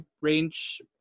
range